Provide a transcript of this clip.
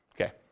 Okay